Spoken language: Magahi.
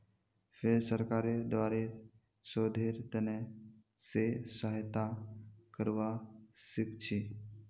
फेर सरकारेर द्वारे शोधेर त न से सहायता करवा सीखछी